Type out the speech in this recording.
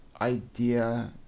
idea